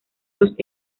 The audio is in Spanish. los